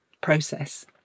process